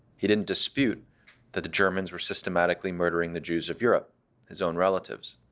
he didn't dispute that the germans were systematically murdering the jews of europe his own relatives.